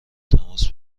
تماس